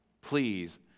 please